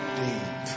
deep